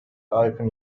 open